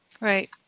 Right